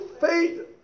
faith